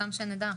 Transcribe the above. סתם שנדע.